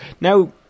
Now